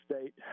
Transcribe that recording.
state